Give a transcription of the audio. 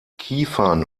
kiefern